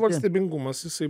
valstybingumas jisai